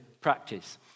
practice